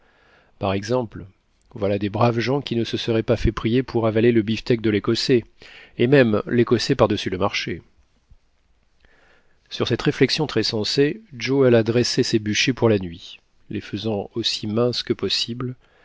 par exemple voilà des braves gens qui ne se seraient pas fait prier pour avaler le beefsteak de l'écossais et même l'écossais par-dessus le marché sur cette réflexion très sensée joe alla dresser ses bûchers pour la nuit les faisant aussi minces que possible